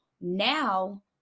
Now